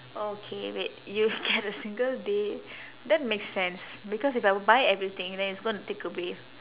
orh K wait you get a single day that makes sense because if I buy everything then it's going to take away